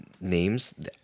names